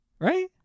Right